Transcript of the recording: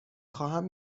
خواهم